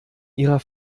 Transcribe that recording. ihrer